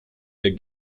der